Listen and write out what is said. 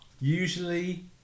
Usually